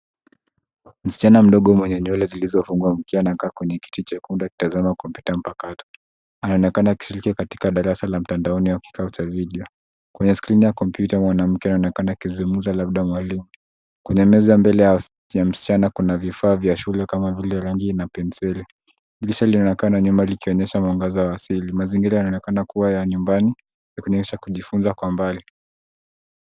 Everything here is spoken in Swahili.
Msichana mdogo mwenye nywele zilizofungwa mchana anakaa kwenye kiti chekunde akitazama kompyuta mpakato. Anaonekana akishirikia katika darasa la mtandaoni wa kikao cha video . Kwenye skrini ya kompyuta mwanamke anaonekana akizungumza labda mwalimu. Kwenye meza mbele ya msichana kuna vifaa vya shule kama vile rangi na penseli. Dirisha linaonekana nyuma ikionyesha mwangaza wa asili. Mazingira yanaonekana kuwa ya nyumbani. kuonyesha kujifunza kwa mbali.